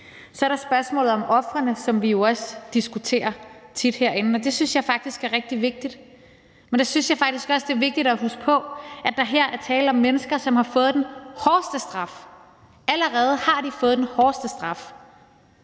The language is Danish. Så er der spørgsmålet om ofrene, som vi jo også tit diskuterer herinde, og det synes jeg faktisk er rigtig vigtigt. Men der synes jeg også, det er rigtig vigtigt at huske på, at der her er tale om mennesker, som har fået den hårdeste straf – allerede har de fået den hårdeste straf